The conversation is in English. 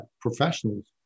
professionals